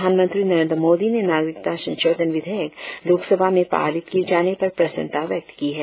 प्रधानमंत्री नरेंद्र मोदी ने नागरिकता संशोधन विधेयक लोक सभा में पारित किए जाने पर प्रसन्नता व्यक्त की है